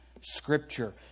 Scripture